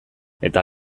eta